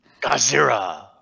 Gazira